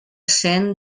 cent